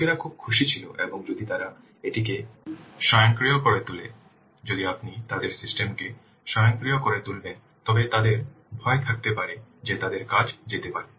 লোকেরা খুব খুশি ছিল এবং যদি তারা এটিকে স্বয়ংক্রিয় করে তোলে যদি আপনি তাদের সিস্টেমকে স্বয়ংক্রিয় করে তুলবেন তবে তাদের ভয় থাকতে পারে যে তাদের কাজ যেতে পারে